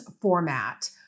format